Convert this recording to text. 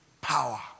power